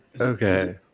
Okay